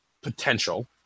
potential